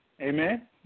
Amen